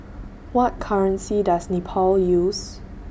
What currency Does Nepal use